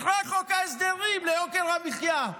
אחרי חוק ההסדרים, ליוקר המחיה.